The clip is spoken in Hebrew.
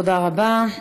תודה רבה.